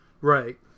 Right